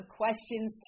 questions